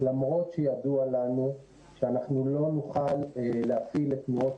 למרות שידוע לנו שאנחנו לא נוכל להפעיל את תנועות